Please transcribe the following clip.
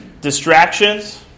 Distractions